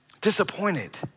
disappointed